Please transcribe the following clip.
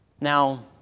Now